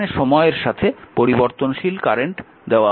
এখানে সময়ের সাথে পরিবর্তনশীল কারেন্ট দেওয়া হয়েছে